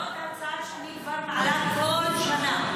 זאת הצעה שאני כבר מעלה כל שנה,